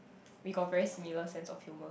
we got very similar sense of humor